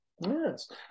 yes